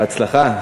בהצלחה.